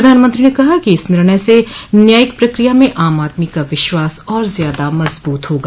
प्रधानमंत्री ने कहा कि इस निर्णय से न्यायिक प्रक्रिया में आम आदमी का विश्वास और ज्यादा मजबूत होगा